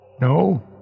No